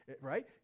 right